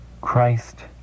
Christ